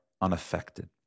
unaffected